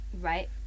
right